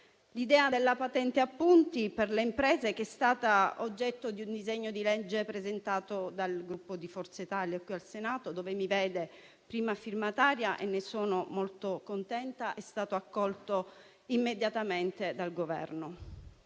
L'idea della patente a punti per le imprese, che è stata oggetto di un disegno di legge presentato dal Gruppo Forza Italia qui in Senato, di cui sono prima firmataria - ne sono molto contenta - è stata accolta immediatamente dal Governo.